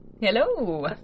Hello